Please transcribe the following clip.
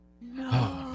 No